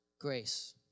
Grace